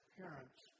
parents